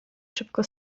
szybko